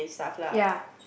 ya